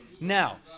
Now